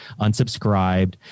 unsubscribed